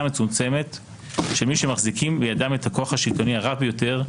מצומצמת של מי שמחזיקים בידם את הכוח השלטוני הרב ביותר,